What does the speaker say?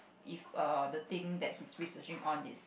if err the thing that he's researching on is